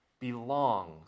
belongs